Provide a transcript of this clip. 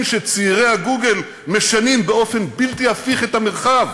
שצעירי הגוגל משנים באופן בלתי הפיך את המרחב?